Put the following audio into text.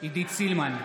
עידית סילמן,